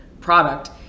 product